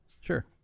Sure